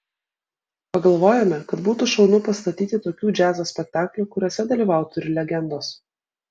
pagalvojome kad būtų šaunu pastatyti tokių džiazo spektaklių kuriuose dalyvautų ir legendos